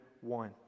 one